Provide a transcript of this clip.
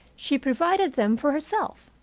she provided them for herself.